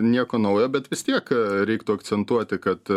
nieko naujo bet vis tiek reiktų akcentuoti kad